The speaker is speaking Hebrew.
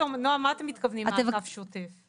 נעה, למה אתם מתכוונים במעקב שוטף?